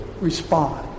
respond